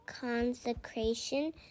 consecration